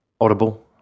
audible